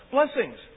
Blessings